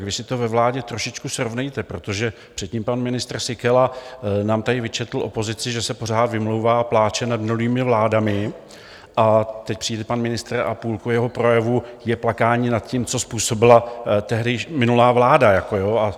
Vy si to ve vládě trošičku srovnejte, protože předtím pan ministr Síkela nám tady vyčetl, opozici, že se pořád vymlouvá a pláče nad minulými vládami, a teď přijde pan ministr a půlka jeho projevu je plakání nad tím, co způsobila minulá vláda jako, ano?